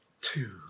Two